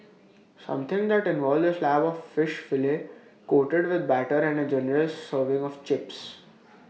something that involves A slab of fish fillet coated with batter and A generous serving of chips